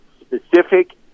specific